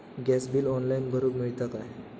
Gas bill online भरुक मिळता काय?